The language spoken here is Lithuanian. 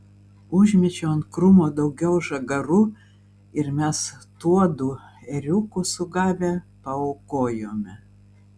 užmečiau ant krūmo daugiau žagarų ir mes tuodu ėriuku sugavę paaukojome